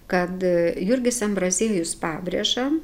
kad jurgis ambraziejus pabrėža